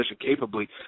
capably